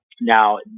Now